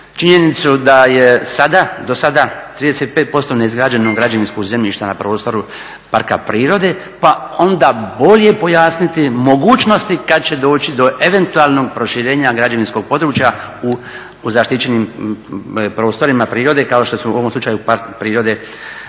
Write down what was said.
činjenicu da je sada, do sada 35% neizgrađenog građevinskog zemljišta na prostoru parka prirode pa onda bolje pojasniti mogućnosti kada će doći do eventualnog proširenja građevinskog područja u zaštićenim prostorima prirode, kao što su u ovom slučaju Park prirode